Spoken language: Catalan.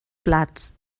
plats